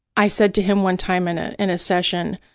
i said to him one time in ah and a session,